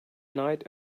night